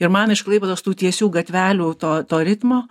ir man iš klaipėdos tų tiesių gatvelių to to ritmo